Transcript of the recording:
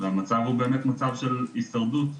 והמצב הוא באמת מצב של הישרדות.